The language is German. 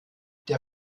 der